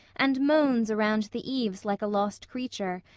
and moans around the eaves like a lost creature,